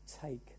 take